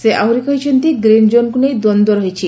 ସେ ଆହୁରି କହିଛନ୍ତି ଗ୍ରୀନ ଜୋନକୁ ନେଇ ଦ୍ୱନ୍ଦ ରହିଛି